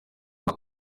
nta